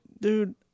dude